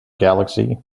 galaxy